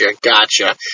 Gotcha